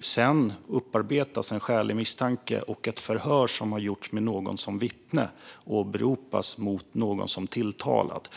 Sedan upparbetas en skälig misstanke, och ett förhör som har gjorts med någon som vittne åberopas mot någon som tilltalad.